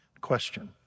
Question